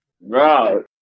Bro